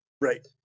Right